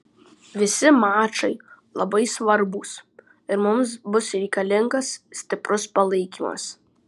visi mačai labai svarbūs ir mums bus reikalingas stiprus palaikymas